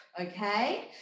okay